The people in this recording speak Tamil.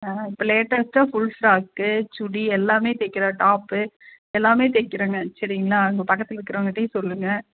இப்போ லேட்டஸ்ட்டாக ஃபுல் ஃபிராக்கு சுடி எல்லாம் தைக்கிறேன் டாப்பு எல்லாம் தைக்கிறேங்க சரிங்களா உங்கள் பக்கத்தில் இருக்கிறவங்க கிட்டேயும் சொல்லுங்கள்